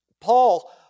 Paul